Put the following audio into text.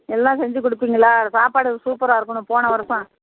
எல்லாம் செஞ்சு கொடுப்பீங்களா சாப்பாடு சூப்பராக இருக்கணும் போன வருடம்